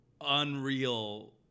unreal